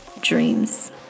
dreams